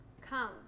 Come